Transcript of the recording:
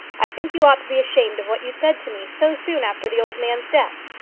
i think you ought to be ashamed of what you said to me so soon after the old man's death.